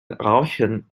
rauchen